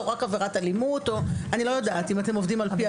או רק עבירת אלימות - אני לא יודעת אם אתם עובדים על פי